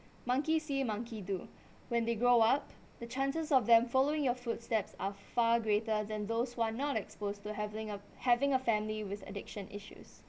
monkey see monkey do when they grow up the chances of them following your footsteps are far greater than those who are not exposed to having a having a family with addiction issues